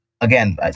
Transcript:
again